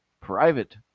private